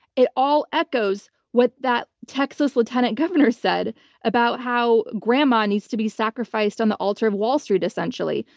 it all echoes what that texas lieutenant governor said about how grandma needs to be sacrificed on the altar of wall street, essentially.